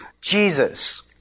Jesus